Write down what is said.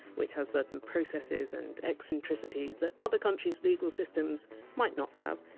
which has certain processes and eccentricities that other countries! legal systems might not have.